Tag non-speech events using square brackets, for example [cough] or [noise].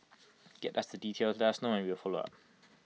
[noise] get the details let us know and we will follow up